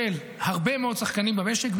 של הרבה מאוד שחקנים במשק,